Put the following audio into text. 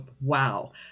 wow